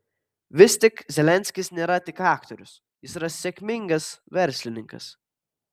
vis tik zelenskis nėra tik aktorius jis yra sėkmingas verslininkas